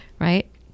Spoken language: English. right